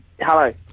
Hello